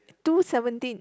two seventeen